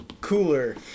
cooler